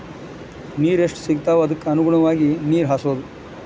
ನೇರ ಎಷ್ಟ ಸಿಗತಾವ ಅದಕ್ಕ ಅನುಗುಣವಾಗಿ ನೇರ ಹಾಸುದು